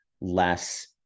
less